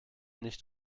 nicht